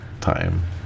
time